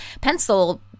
pencil